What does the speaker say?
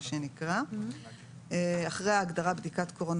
אחרי "אישור על תוצאה שלילית בבדיקת קורונה